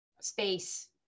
space